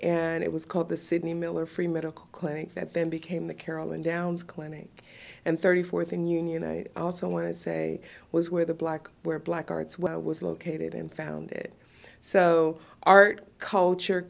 and it was called the sydney miller free medical clinic that then became the carolyn downs clinic and thirty four thing you know i also want to say was where the black where black arts where i was located and found it so art culture